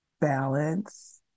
balance